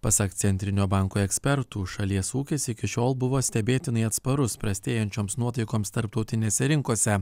pasak centrinio banko ekspertų šalies ūkis iki šiol buvo stebėtinai atsparus prastėjančioms nuotaikoms tarptautinėse rinkose